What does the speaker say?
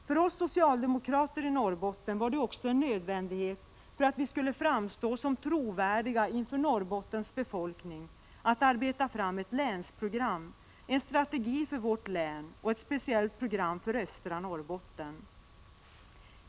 För oss socialdemokrater i Norrbotten var det också en nödvändighet, för att vi skulle framstå som trovärdiga inför Norrbottens befolkning, att arbeta fram ett länsprogram — en strategi för länet och ett speciellt program för östra Norrbotten.